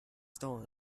stolen